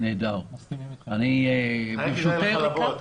היה כדאי לבוא לכאן.